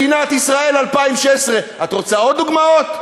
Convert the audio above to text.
מדינת ישראל 2016. את רוצה עוד דוגמאות?